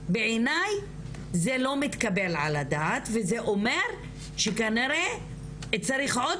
בעיני זה לא מתקבל על הדעת וזה אומר שכנראה צריך עוד